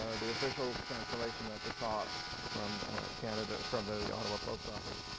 the official cancellation at the top from canada, from the the ottawa post office.